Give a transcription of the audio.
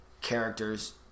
characters